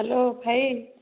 hello ଭାଇ